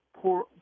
poor